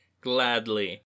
Gladly